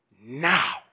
now